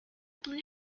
blue